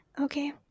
okay